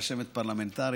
רשמת פרלמנטרית,